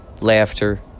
laughter